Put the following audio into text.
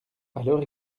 alors